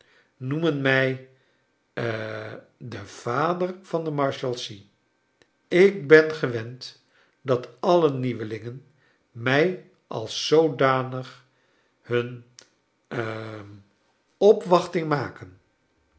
noemen mij ha de vader van de marshalsea ik ben gewend dat alle nieuwelingen mij als zoodanig hun i hm opwachting maken